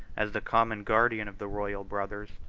as the common guardian of the royal brothers,